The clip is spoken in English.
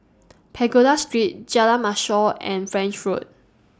Pagoda Street Jalan Mashor and French Road